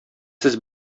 сез